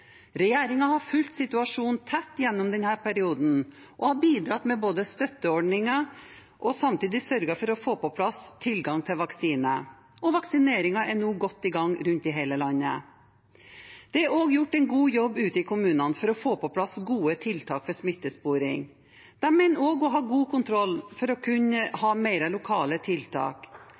har fulgt situasjonen tett gjennom denne perioden og har både bidratt med støtteordninger og samtidig sørget for å få på plass tilgang til vaksine. Vaksineringen er nå godt i gang rundt i hele landet. Det er også gjort en god jobb ute i kommunene for å få på plass gode tiltak for smittesporing. De mener også å ha god nok kontroll for å kunne ha mer lokale tiltak.